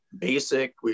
basic